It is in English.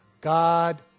God